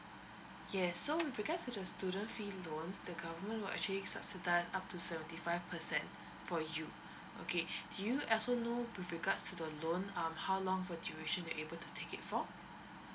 yes so with regards to the student fee loans the government will actually subsidise up to seventy five percent for you okay do you also know with regards to the loan um how long for duration that you are able to take it for